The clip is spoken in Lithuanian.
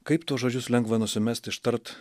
kaip tuos žodžius lengva nusimest ištart